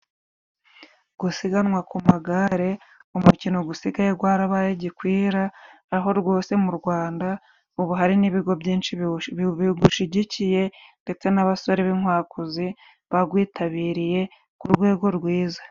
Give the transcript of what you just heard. Gusiganwa ku magare ni umukino usigaye warabaye gikwira, aho rwose mu Rwanda ubu hari n'ibigo byinshi biwushyigikiye, ndetse n'abasore b'inkwakuzi bawitabiriye ku rwego rwiza.